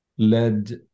led